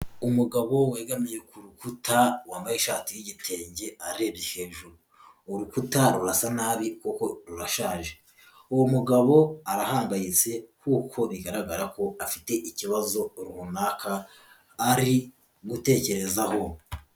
Umugabo wegamiye ku rukuta wambaye ishati y'igitenge arebye hejuru, urukuta rurasa nabi kuko rurashaje, uwo mugabo arahangayitse kuko bigaragara ko afite ikibazo runaka ari gutekerezaho.